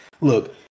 look